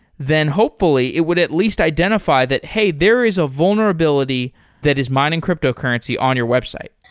then hopefully it would at least identify that, hey, there is a vulnerability that is mining cryptocurrency on your website.